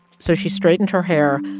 so she straightened her hair,